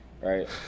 right